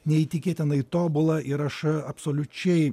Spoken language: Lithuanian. neįtikėtinai tobula ir aš absoliučiai